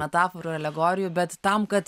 metaforų alegorijų bet tam kad